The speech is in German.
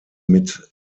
mit